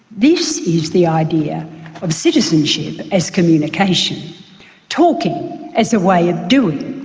this is the idea of citizenship as communication talking as a way of doing.